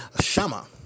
Shama